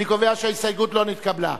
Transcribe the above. אני קובע שההסתייגות לא נתקבלה.